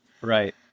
Right